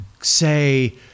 say